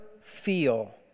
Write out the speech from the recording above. feel